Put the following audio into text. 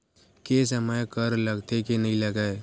के समय कर लगथे के नइ लगय?